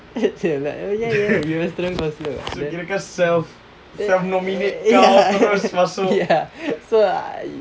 he's like oh ya ya you're a student counsellor [what] ya ya so I